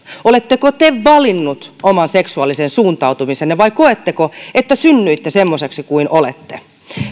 oletteko te valinnut oman seksuaalisen suuntautumisenne vai koetteko että synnyitte semmoiseksi kuin olette